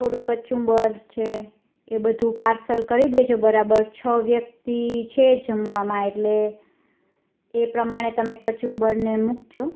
થોડું કચુંબર છે એ બધું પાર્સલ કરી દેજો બરાબર છ વ્યક્તિ છે જમવામાં એટલે એ પ્રમાણે તમે કચુંબરને મુકજો